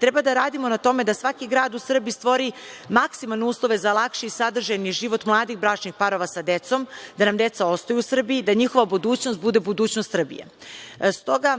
Treba da radimo na tome da svaki grad u Srbiji stvori maksimalne uslove za lakši i sadržajni život mladih bračnih parova sa decom, da nam deca ostaju u Srbiji, da njihova budućnost bude budućnost Srbije.S toga,